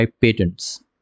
patents